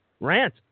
rant